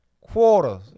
Quarters